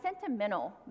sentimental